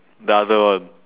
the other one